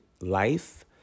life